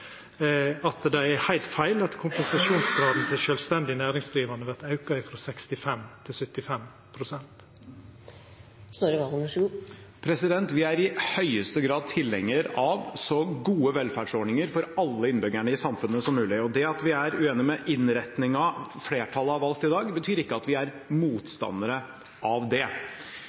at det er heilt feil at kompensasjonsgraden til sjølvstendig næringsdrivande vert auka frå 65 til 75 pst. Vi er i høyeste grad tilhenger av så gode velferdsordninger som mulig for alle innbyggerne i samfunnet. At vi er uenige i innretningen flertallet velger i dag, betyr ikke at vi er motstandere av det.